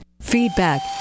feedback